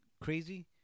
crazy